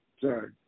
Sorry